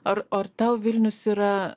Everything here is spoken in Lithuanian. ar ar tau vilnius yra